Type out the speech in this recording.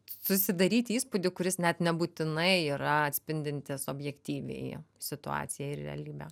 susidaryti įspūdį kuris net nebūtinai yra atspindintis objektyviai situaciją ir realybę